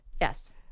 Yes